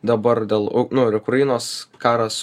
dabar dėl nu ir ukrainos karas